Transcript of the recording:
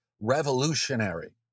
revolutionary